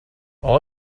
all